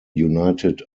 united